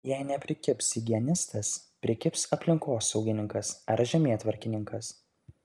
jei neprikibs higienistas prikibs aplinkosaugininkas ar žemėtvarkininkas